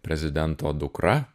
prezidento dukra